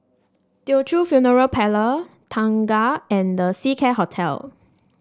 Teochew Funeral Parlour Tengah and The Seacare Hotel